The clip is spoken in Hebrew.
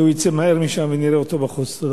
שהוא יצא מהר משם ונראה אותו בחוץ.